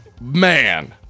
man